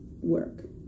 work